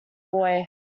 boy